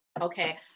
Okay